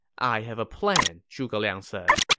i have a plan, zhuge liang said.